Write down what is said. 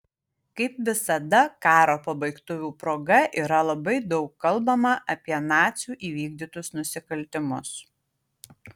kaip visada karo pabaigtuvių proga yra labai daug kalbama apie nacių įvykdytus nusikaltimus